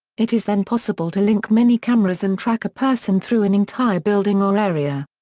it is then possible to link many cameras and track a person through an entire building or area.